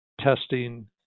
testing